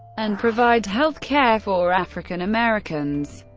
and provide health care for african americans.